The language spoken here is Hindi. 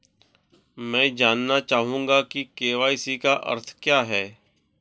मैं जानना चाहूंगा कि के.वाई.सी का अर्थ क्या है?